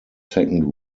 second